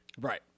Right